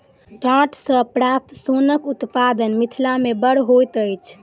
डांट सॅ प्राप्त सोनक उत्पादन मिथिला मे बड़ होइत अछि